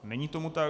Není tomu tak.